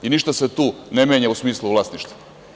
Ništa se tu ne menja u smislu vlasništva.